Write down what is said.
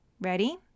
Ready